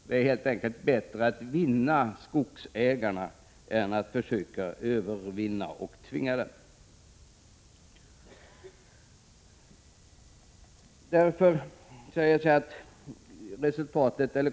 Det är helt enkelt bättre att vinna skogsägarna än att försöka övervinna och tvinga dem.